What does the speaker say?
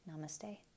Namaste